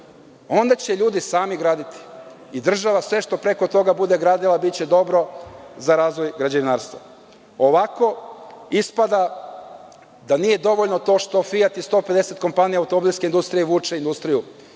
onda će ljudi sami graditi. I država sve što preko toga bude gradila, biće dobro za razvoj građevinarstva. Ovako ispada da nije dovoljno to što „Fijat“ i 150 kompanija automobilske industrije vuče industriju,